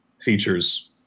features